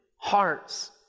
hearts